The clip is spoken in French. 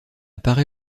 paray